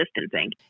distancing